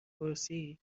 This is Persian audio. پرسید